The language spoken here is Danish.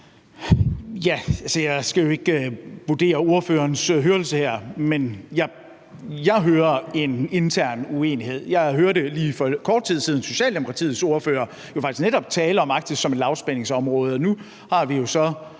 Jeg skal jo ikke vurdere ordførerens hørelse her, men jeg hører en intern uenighed. Jeg hørte lige for kort tid siden Socialdemokratiets ordfører faktisk netop tale om Arktis som et lavspændingsområde, og nu hører vi jo så